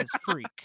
freak